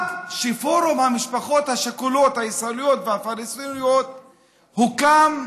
פורום המשפחות השכולות הישראליות והפלסטיניות הוקם,